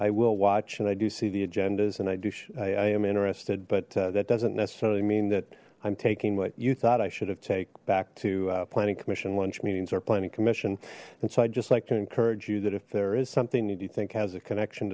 i will watch and i do see the agendas and i do shy i am interested but that doesn't necessarily mean that i'm taking what you thought i should have take back to planning commission lunch meetings or planning commission and so i just like to encourage you that if there is something you do you think has a connection